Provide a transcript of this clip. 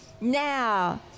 Now